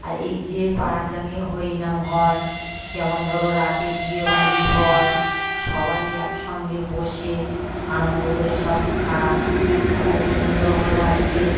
আর এই যে পাড়া গ্রামে হরিনাম হয় যেমন ধরো রাতে বিয়েবাড়ি হয় সবাই একসঙ্গে বসে আনন্দ করে সব খায় আবার যেমন ধরো আমার বাড়িতে